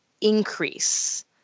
increase